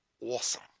awesome